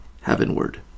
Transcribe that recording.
heavenward